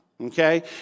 okay